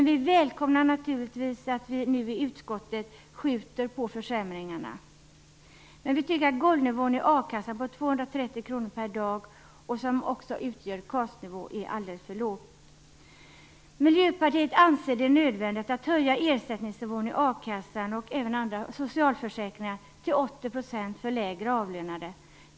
Vi välkomnar naturligtvis att vi nu i utskottet skjuter på försämringarna. Vi tycker att golvnivån i a-kassan på 230 kronor per dag, vilket också utgör KAS-nivå, är alldeles för låg. Miljöpartiet anser det nödvändigt att höja ersättningsnivån i a-kassan och andra socialförsäkringar till 80 % för lägre avlönade.